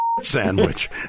sandwich